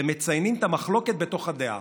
ומציינים את המחלוקת בתוך העדה.